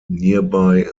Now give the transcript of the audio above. nearby